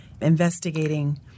investigating